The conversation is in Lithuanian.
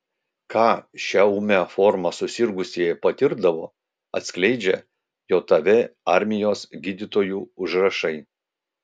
ką šia ūmia forma susirgusieji patirdavo atskleidžia jav armijos gydytojų užrašai